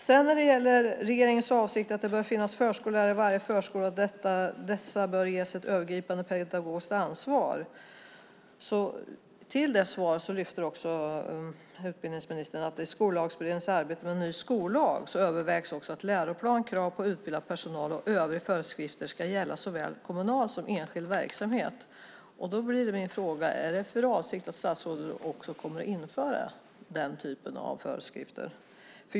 När det sedan gäller regeringens avsikt - i svaret sägs det att det bör finnas förskollärare i varje förskola och att dessa bör ges ett övergripande pedagogiskt ansvar - lyfter utbildningsministern fram följande: "I Skollagsberedningens arbete med en ny skollag övervägs också att läroplan, krav på utbildad personal och övriga föreskrifter ska gälla för såväl kommunal som enskild verksamhet." Är det också statsrådets avsikt att införa den typen av föreskrifter?